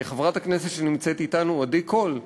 חברת הכנסת שנמצאת אתנו, עדי קול,